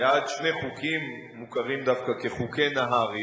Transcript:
בעד שני חוקים המוכרים דווקא כחוקי נהרי,